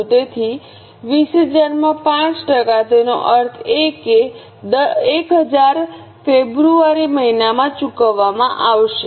તેથી 20000 માં 5 ટકા તેનો અર્થ એ કે 1000 ફેબ્રુઆરી મહિનામાં ચૂકવવામાં આવશે